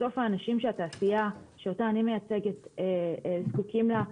בסוף האנשים שהתעשייה שאותה אני מייצגת זקוקים לה,